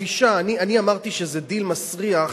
אני אמרתי שזה דיל מסריח,